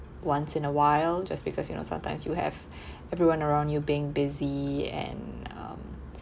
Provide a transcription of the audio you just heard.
once in a while just because you know sometimes you have everyone around you being busy and um